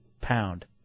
pound